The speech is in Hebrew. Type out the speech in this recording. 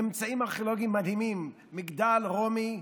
ממצאים ארכיאולוגיים מדהימים: מגדל רומי,